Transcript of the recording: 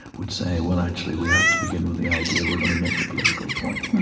would say, well, actually we have to begin with the idea we're going to make a political point.